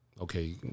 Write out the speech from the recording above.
okay